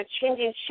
changing